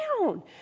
down